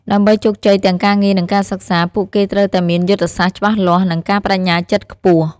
ដើម្បីជោគជ័យទាំងការងារ និងការសិក្សា ពួកគេត្រូវតែមានយុទ្ធសាស្ត្រច្បាស់លាស់ និងការប្ដេជ្ញាចិត្តខ្ពស់។